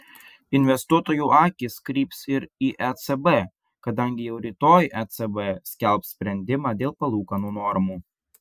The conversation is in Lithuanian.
investuotojų akys kryps ir į ecb kadangi jau rytoj ecb skelbs sprendimą dėl palūkanų normų